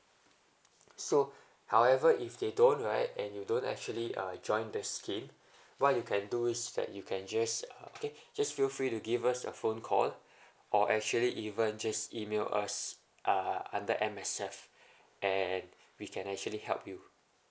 so however if they don't right and you don't actually uh join the scheme what you can do is that you can just uh okay just feel free to give us a phone call or actually even just email us uh under M_S_F and we can actually help you